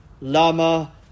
lama